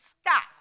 stop